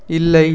இல்லை